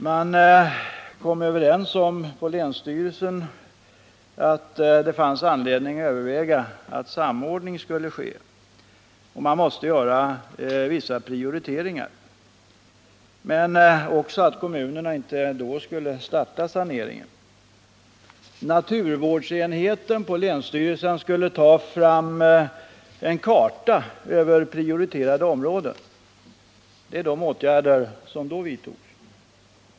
Man kom på länsstyrelsen överens om att det fanns anledning överväga att samordning skulle ske och att man måste göra vissa prioriteringar men också att kommunerna inte då skulle starta saneringen. Naturvårdsenheten på länsstyrelsen skulle ta fram en karta över prioriterade områden. Det är de åtgärder som då vidtogs.